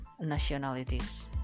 nationalities